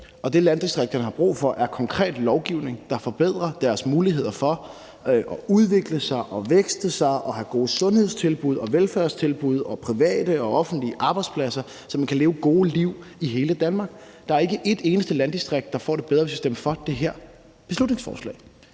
Det, landdistrikterne har brug for, er konkret lovgivning, der forbedrer deres muligheder for at udvikle sig og vækste og have gode sundhedstilbud og velfærdstilbud og private og offentlige arbejdspladser, så man kan leve gode liv i hele Danmark. Der er ikke et eneste landdistrikt, der får det bedre, hvis vi stemmer for det her beslutningsforslag